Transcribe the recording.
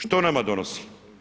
Što nama donosi?